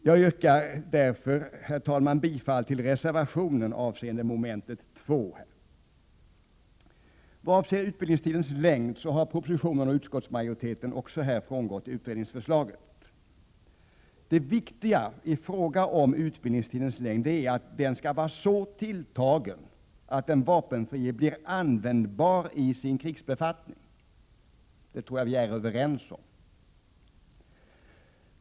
Jag yrkar därför, herr talman, bifall till reservationen avseende mom. 2. teten också här frångått utredningens förslag. Det viktiga i fråga om utbildningstidens längd är att den skall vara så tilltagen att den vapenfrie blir användbar i sin krigsbefattning — detta tror jag att vi är överens om.